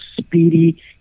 speedy